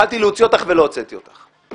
יכולתי להוציא אותך ולא הוצאתי אותך.